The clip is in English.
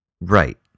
Right